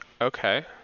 okay